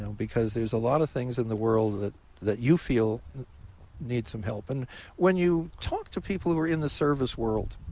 because there's a lot of things in the world that that you feel need some help. and when you talk to people who are in the service world,